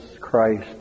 Christ